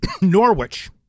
Norwich